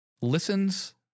Listens